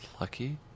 Lucky